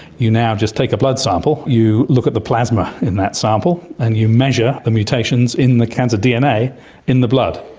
you now just take a blood sample, you look at the plasma in that sample and you measure the mutations in the cancer dna in the blood.